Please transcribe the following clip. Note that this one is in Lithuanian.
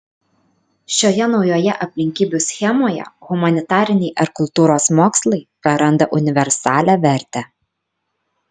šioje naujoje aplinkybių schemoje humanitariniai ar kultūros mokslai praranda universalią vertę